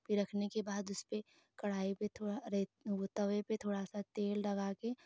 फिर रखने के बाद उसमे कड़ाही पर थोड़ा रेत तवे पर थोड़ा सा तेल लगा कर